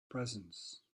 presence